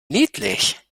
niedlich